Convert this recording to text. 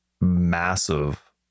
massive